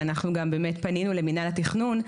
ואנחנו גם באמת פנינו למינהל התכנון,